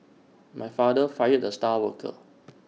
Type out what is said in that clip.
my father fired the star worker